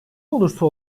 olursa